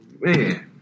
man